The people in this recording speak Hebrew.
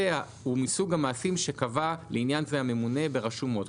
הוא מסוג המעשים שקבע לעניין זה הממונה ברשומות,